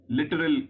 literal